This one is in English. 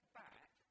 back